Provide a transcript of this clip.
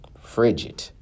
frigid